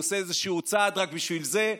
הוא עושה איזשהו צעד רק בשביל זה,